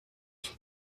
son